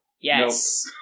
Yes